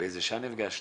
באיזה שעה נפגשתי.